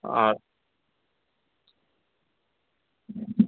আর